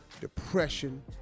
depression